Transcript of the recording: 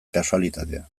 kasualitatea